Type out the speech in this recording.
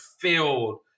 filled